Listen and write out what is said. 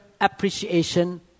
appreciation